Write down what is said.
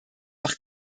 auch